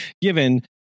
given